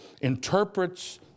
interprets